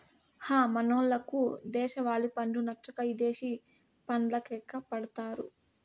హ మనోళ్లకు దేశవాలి పండ్లు నచ్చక ఇదేశి పండ్లకెగపడతారు